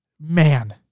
man